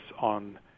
on